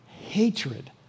hatred